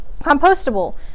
compostable